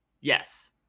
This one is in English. Yes